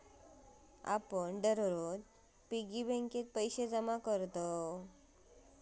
आपण दररोज पिग्गी बँकेत पैसे जमा करतव